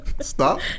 Stop